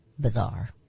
Bizarre